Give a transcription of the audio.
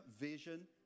vision